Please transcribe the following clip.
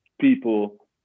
people